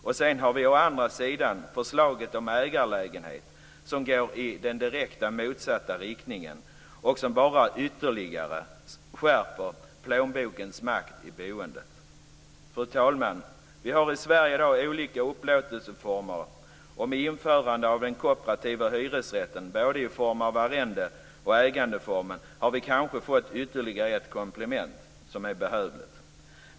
Å andra sidan har vi förslaget om ägarlägenhet, som går i den direkt motsatta riktningen och som bara ytterligare skärper plånbokens makt över boendet. Fru talman! Vi har i Sverige i dag olika uplåtelseformer. Med införande av den kooperativa hyresrätten, både i arrendeform och i ägarform, har vi kanske fått ytterligare ett komplement som är behövligt.